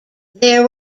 there